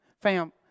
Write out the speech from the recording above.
fam